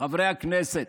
חברי הכנסת,